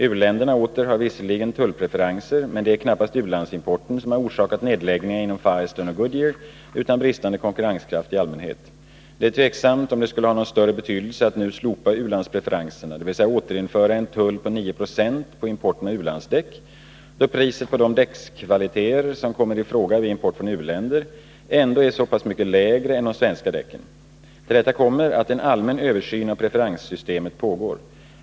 U-länderna åter har visserligen tullpreferenser, men det är knappast u-landsimporten som har orsakat nedläggningarna inom Firestone och Goodyear, utan bristande konkurrenskraft i allmänhet. Det är tveksamt om det skulle ha någon större betydelse att nu slopa ulandspreferenserna, dvs. återinföra en tull på 9 76 på importen av ulandsdäck, då priset på de däckskvaliteter som kommer i fråga vid import från u-länder ändå är så pass mycket lägre än priset på de svenska däcken. Till detta kommer att en allmän översyn av preferenssystemet pågår.